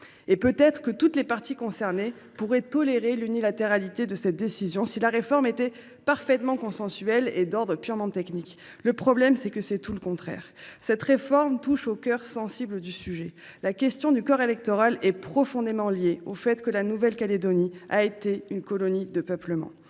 Peut être toutes les parties concernées pourraient elles tolérer l’unilatéralité, si la réforme était parfaitement consensuelle et d’ordre purement technique ; mais c’est tout le contraire. Cette réforme touche au cœur sensible du sujet. La question du corps électoral est intimement liée au fait que la Nouvelle Calédonie a été une colonie de peuplement.